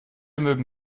mögen